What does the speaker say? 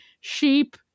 sheep